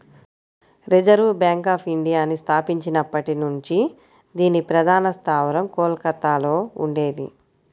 reserve bank of ఇండియాని స్థాపించబడినప్పటి నుంచి దీని ప్రధాన స్థావరం కోల్కతలో ఉండేది